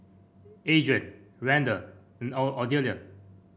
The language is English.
Adrien Randall and Odelia